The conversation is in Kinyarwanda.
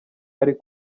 ari